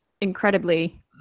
incredibly